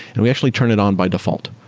and we actually turn it on by default.